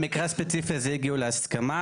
במקרה הספציפי הזה הגיעו להסכמה.